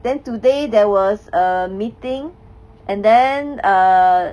then today there was a meeting and then err